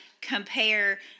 compare